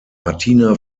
martina